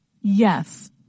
Yes